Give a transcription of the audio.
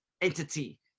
entity